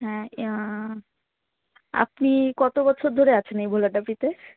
হ্যাঁ আপনি কত বছর ধরে আছেন এই ভোলাডাব্রিতে